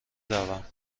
روم